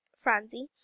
phronsie